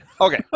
Okay